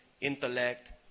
intellect